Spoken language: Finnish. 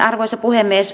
arvoisa puhemies